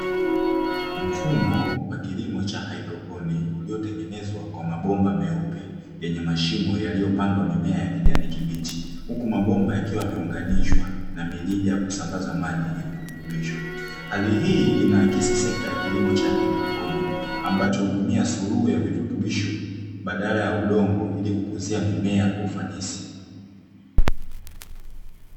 Mfumo wa kilimo cha haidroponi, uliotengenezwa kwa mabomba meupe yenye mashimo yaliyopandwa mimea ya kijani kibichi, huku mabomba yakiwa yameunganishwa na mirija ya kusambaza maji yenye virutubisho. Hali hii inaakisi sekta ya kilimo cha haidroponi, ambacho hutumia suluhu ya virutubisho badala ya udongo ili kukuzia mimea kwa ufanisi.